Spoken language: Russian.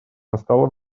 настало